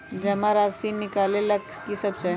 जमा राशि नकालेला कि सब चाहि?